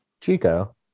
Chico